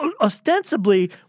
ostensibly